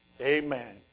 Amen